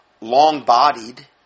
Long-bodied